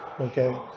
Okay